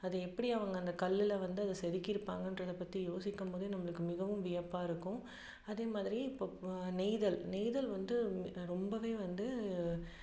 அது எப்படி அவங்க அந்த கல்லில் வந்து அதை செதுக்கிருப்பாங்கன்றதை பற்றி யோசிக்கும் போதே நம்மளுக்கு மிகவும் வியப்பாக இருக்கும் அதே மாதிரி இப்போ நெய்தல் நெய்தல் வந்து ரொம்பவே வந்து